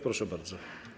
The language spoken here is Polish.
Proszę bardzo.